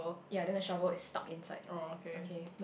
ya then the shovel is stuck inside okay